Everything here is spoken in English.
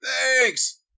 Thanks